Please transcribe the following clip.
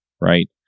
right